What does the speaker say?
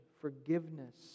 forgiveness